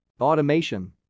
automation